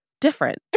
different